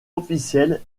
officiel